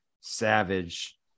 savage